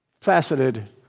faceted